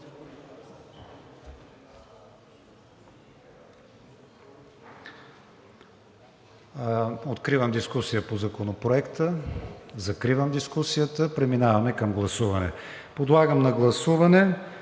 Откривам дискусия по Законопроекта. Закривам дискусията. Преминаваме към гласуване на Законопроекта